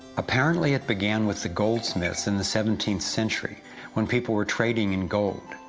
apparently, it began with the goldsmiths in the seventeenth century when people were trading in gold.